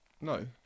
No